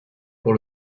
pour